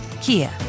Kia